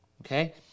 Okay